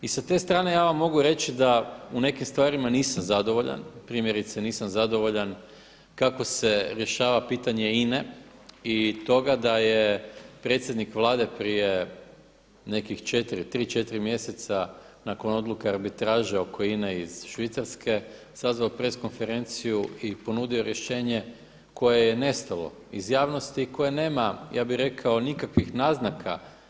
I sa te strane ja vam mogu reći da u nekim stvarima nisam zadovoljan, primjerice nisam zadovoljan kako se rješava pitanje INA-e i toga da je predsjednik Vlade prije nekih 3,4 mjeseca nakon odluke arbitraže oko INA-e iz Švicarske sazvao press konferenciju i ponudio rješenje koje je nestalo iz javnosti i koje nema nikakvih naznaka.